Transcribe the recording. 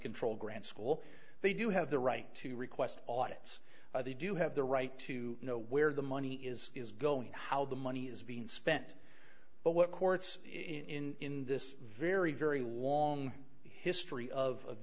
control grant school they do have the right to request audits they do have the right to know where the money is is going to how the money is being spent but what courts in this very very long history of